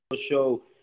Show